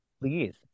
Please